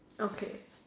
okay